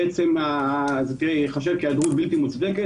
בעצם המקרה ייחשב כהיעדרות בלתי מוצדקת